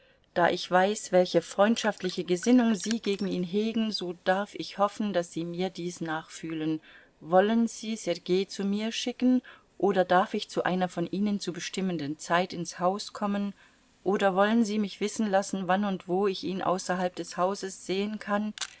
da ich weiß welche freundschaftliche gesinnung sie gegen ihn hegen so darf ich hoffen daß sie mir dies nachfühlen wollen sie sergei zu mir schicken oder darf ich zu einer von ihnen zu bestimmenden zeit ins haus kommen oder wollen sie mich wissen lassen wann und wo ich ihn außerhalb des hauses sehen kann